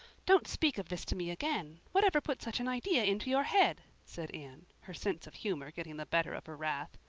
don't speak of this to me again. whatever put such an idea into your head? said anne, her sense of humor getting the better of her wrath.